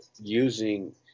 using